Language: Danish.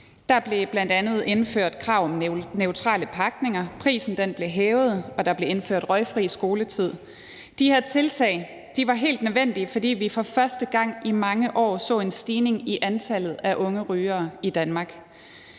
Der blev bl.a. indført krav om neutrale pakninger, prisen blev hævet, og der blev indført røgfri skoletid. De her tiltag var helt nødvendige, fordi vi for første gang i mange år så en stigning i antallet af unge rygere i Danmark.